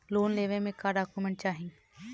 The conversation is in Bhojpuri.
लोन लेवे मे का डॉक्यूमेंट चाही?